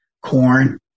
corn